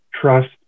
trust